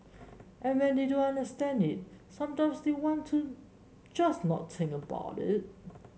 and when they don't understand it sometimes they want to just not think about it